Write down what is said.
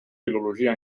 filologia